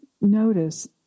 notice